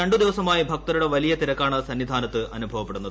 രണ്ടു ദിവസമായി ഭക്തരുടെ വലിയ തിരക്കാണ് സന്നിധാനത്ത് അനുഭവപ്പെടുന്നത്